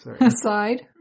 Aside